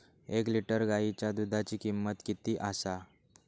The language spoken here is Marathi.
एक लिटर गायीच्या दुधाची किमंत किती आसा?